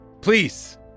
Please